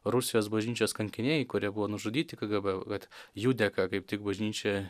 rusijos bažnyčios kankiniai kurie buvo nužudyti kgb kad jų dėka kaip tik bažnyčia